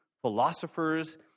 philosophers